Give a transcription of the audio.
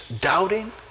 doubting